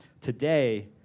Today